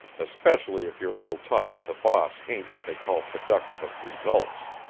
especially if your little talk with the boss ain't what they call productive of results.